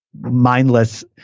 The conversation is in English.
mindless